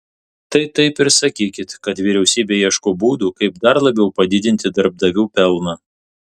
tai taip ir sakykit kad vyriausybė ieško būdų kaip dar labiau padidinti darbdavių pelną